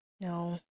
No